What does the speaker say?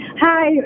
Hi